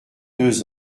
deux